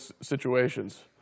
situations